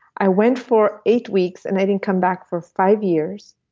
i went for eight weeks and i didn't come back for five years.